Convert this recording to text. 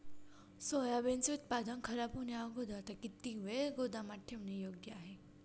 सोयाबीनचे उत्पादन खराब होण्याअगोदर ते किती वेळ गोदामात ठेवणे योग्य आहे?